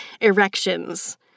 erections